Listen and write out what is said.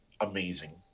amazing